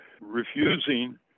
refusing